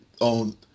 on